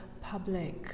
public